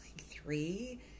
three